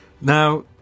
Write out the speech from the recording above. Now